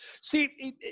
See